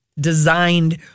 designed